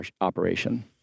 operation